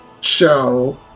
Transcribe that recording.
show